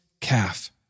calf